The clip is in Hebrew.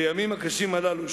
בימים הקשים הללו,